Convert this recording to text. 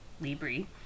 Libri